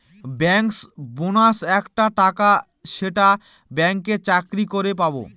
bankers bonus একটা টাকা যেইটা ব্যাঙ্কে চাকরি করে পাবো